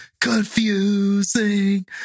Confusing